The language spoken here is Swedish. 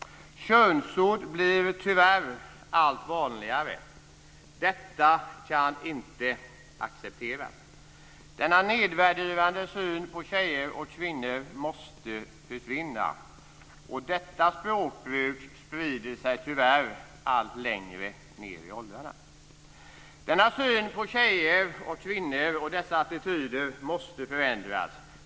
Könsord blir tyvärr allt vanligare. Detta kan inte accepteras. Denna nedvärderande syn på tjejer och kvinnor måste försvinna. Språkbruket sprider sig tyvärr också allt längre ned i åldrarna. Denna syn på tjejer och kvinnor och dessa attityder måste förändras.